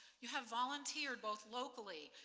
you have volunteered both locally,